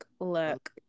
Look